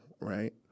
right